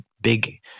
big